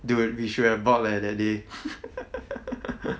they would b~ should have bought leh that day